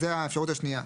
זו האפשרות השנייה.